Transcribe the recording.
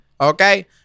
Okay